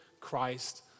Christ